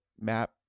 map